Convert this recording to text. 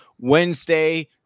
Wednesday